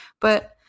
but-